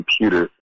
computer